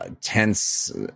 tense